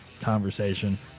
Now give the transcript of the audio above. conversation